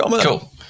Cool